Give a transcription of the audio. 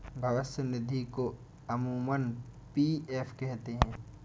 भविष्य निधि को अमूमन पी.एफ कहते हैं